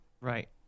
Right